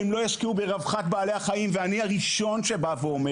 הן לא ישקיעו ברווחת בעלי החיים ואני הראשון שאומר